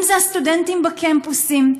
אם הסטודנטים בקמפוסים,